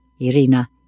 Irina